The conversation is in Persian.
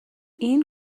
این